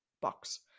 Box